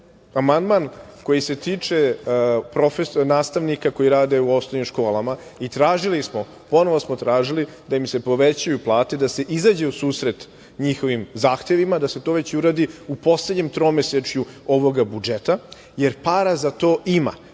amandman koji se tiče nastavnika koji rade u osnovnim školama i tražili smo, ponovo smo tražili da im se povećaju plate i da se izađe u susret njihovim zahtevima, da se to već uradi u poslednjem tromesečju ovog budžeta, jer para za to ima.